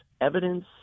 evidence